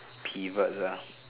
pivot lah